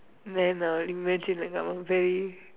then uh imagine like I'm very